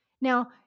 Now